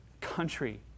country